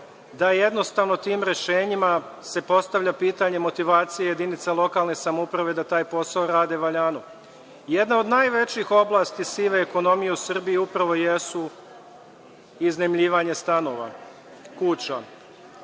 se jednostavno tim rešenjima postavlja pitanje motivacije jedinica lokalne samouprave da taj posao rade valjano. Jedna od najvećih oblasti sive ekonomije u Srbiji upravo jesu iznajmljivanje stanova, kuća